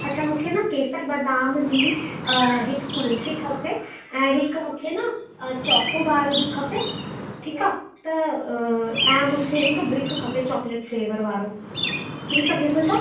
अच्छा मूंखे न केसर बादाम जी हिकु कुल्फी खपे ऐं हिकु मूंखे न चोकोबार बि खपे ठीकु आहे त ऐं मूंखे हिकु ब्रिक खपे चॉकलेट फ्लेवर वारो थी सघे थो छा